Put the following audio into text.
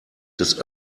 des